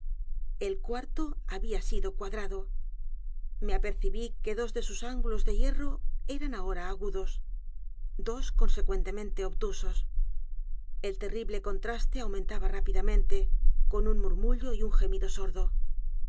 el cuarto había sido cuadrado me apercibí que dos de sus ángulos de hierro eran ahora agudos dos consecuentemente obtusos el terrible contraste aumentaba rápidamente con un murmullo y u n gemido sordo